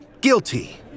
guilty